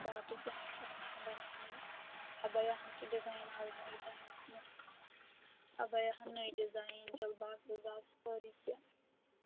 باقٕے کیٚنٛہہ آیٹَم آسَن بَناونی اَبیہَن چھِ ڈِزایِن آز نٔے درٛامٕتۍ اَبیہَن نٔے ڈِزایِن جلباب وِلباب سٲری کیٚنٛہہ